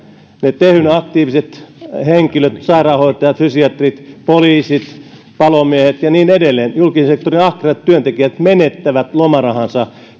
ne tehyn aktiiviset henkilöt sairaanhoitajat fysiatrit poliisit palomiehet ja niin edelleen julkisen sektorin ahkerat työntekijät menettävät lomarahansa